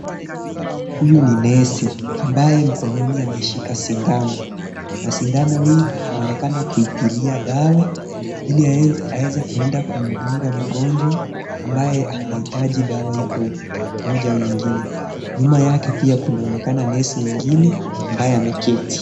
Huyu ni nesi ambaye mkononi ameshikaa sindano , na sindano hii anaonekana kuitilia dawa ili aweze aweze kwenda kumdunga mgonjwa ambaye anahitaji dawa hii kwa moja ama nyingine , nyuma yake pia kunaonekana nesi wengine ambaye ameketi.